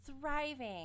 thriving